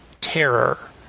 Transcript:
terror